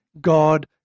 God